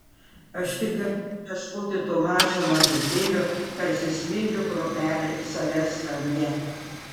aš tik galiu ieškoti to mažo mažutėlio tarsi smėlio kruopelė savęs savyje